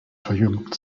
verjüngt